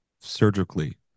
surgically